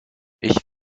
ich